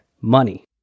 money